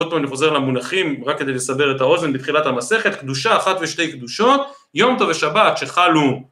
עוד פעם אני חוזר למונחים, רק כדי לסבר את האוזן בתחילת המסכת קדושה אחת ושתי קדושות, יום טוב ושבת, שחלו